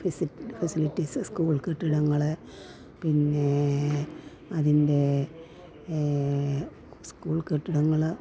fizzy facilities school കെട്ടിടങ്ങൾ പിന്നെ അതിൻ്റെ സ്കൂൾ കെട്ടിടങ്ങൾ